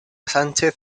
sánchez